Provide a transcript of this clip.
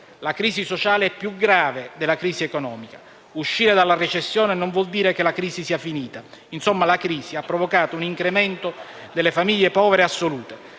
La crisi sociale è più grave della crisi economica. Uscire dalla recessione non vuol dire che la crisi sia finita. La crisi ha provocato un incremento del numero delle